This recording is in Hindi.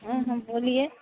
हाँ हाँ बोलिए